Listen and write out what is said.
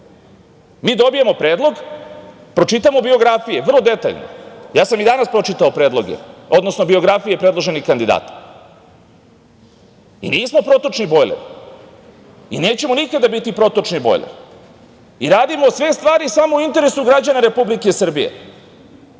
Mi dobijemo predlog, pročitamo biografije vrlo detaljno. Ja sam i danas pročitao predloge, odnosno biografije predloženih kandidata. Nismo protočni bojler i nećemo nikada biti protočni bojler i radimo sve stvari samo u interesu građana Republike Srbije. Moje